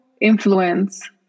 influence